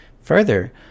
Further